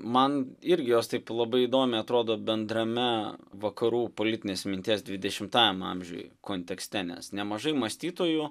man irgi jos taip labai įdomiai atrodo bendrame vakarų politinės minties dvidešimtajam amžiuj kontekste nes nemažai mąstytojų